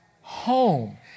home